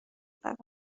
فقط